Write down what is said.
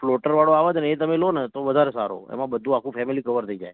floater વાળો આવે છે ને એ તમે લો તો વધારે સારું એમાં બધુ આખું ફેમિલી કવર થઈ જાય